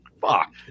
fuck